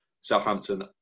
Southampton